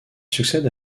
succède